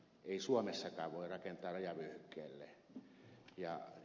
ei suomessakaan voi rakentaa rajavyöhykkeelle